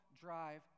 drive